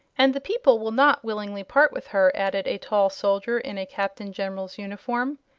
and the people will not willingly part with her, added a tall soldier in a captain-general's uniform.